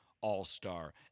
All-Star